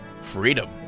freedom